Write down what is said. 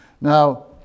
Now